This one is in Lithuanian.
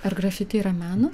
ar grafiti yra menas